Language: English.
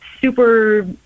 super